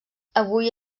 avui